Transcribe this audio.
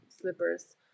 slippers